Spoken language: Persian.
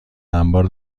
انبار